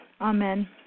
Amen